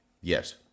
Yes